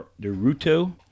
Naruto